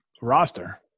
roster